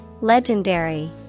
Legendary